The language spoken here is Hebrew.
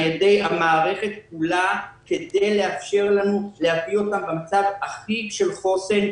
ידי המערכת כולה כדי לאפשר לנו להביא אותם למצב של חוסן,